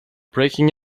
breaking